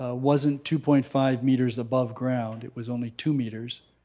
ah wasn't two point five meters above ground, it was only two meters,